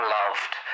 loved